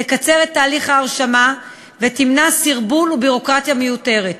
תקצר את תהליך ההרשמה ותמנע סרבול וביורוקרטיה מיותרת.